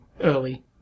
early